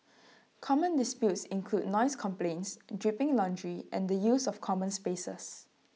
common disputes include noise complaints dripping laundry and the use of common spaces